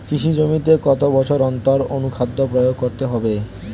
কৃষি জমিতে কত বছর অন্তর অনুখাদ্য প্রয়োগ করতে হবে?